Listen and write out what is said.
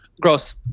Gross